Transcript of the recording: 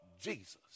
Jesus